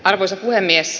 arvoisa puhemies